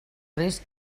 risc